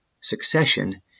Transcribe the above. succession